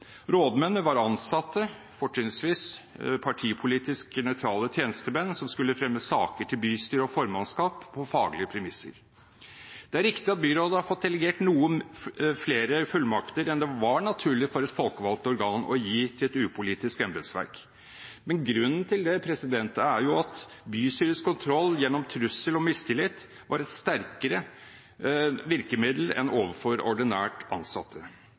var ansatte, fortrinnsvis partipolitisk nøytrale tjenestemenn, som skulle fremme saker til bystyre og formannskap på faglige premisser. Det er riktig at byrådet har fått delegert noen flere fullmakter enn det var naturlig for et folkevalgt organ å gi til et upolitisk embetsverk. Men grunnen til det er jo at bystyrets kontroll gjennom trussel og mistillit var et sterkere virkemiddel enn overfor ordinært ansatte.